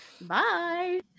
bye